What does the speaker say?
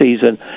season